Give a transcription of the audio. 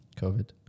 COVID